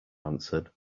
answered